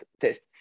test